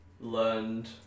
learned